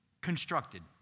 constructed